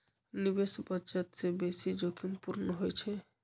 निवेश बचत से बेशी जोखिम पूर्ण होइ छइ